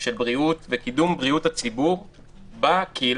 של בריאות וקידום בריאות הציבור בקהילה